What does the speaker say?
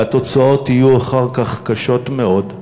והתוצאות יהיו אחר כך קשות מאוד.